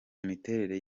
miterere